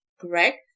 correct